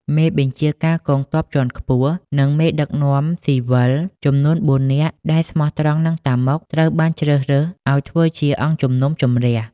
មេបញ្ជាការកងទ័ពជាន់ខ្ពស់ និងមេដឹកនាំស៊ីវិលចំនួនបួននាក់ ដែលស្មោះត្រង់នឹង តាម៉ុក ត្រូវបានជ្រើសរើសឱ្យធ្វើជាអង្គជំនុំជម្រះ។